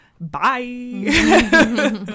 Bye